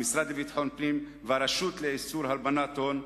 המשרד לביטחון פנים והרשות לאיסור הלבנת הון,